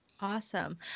Awesome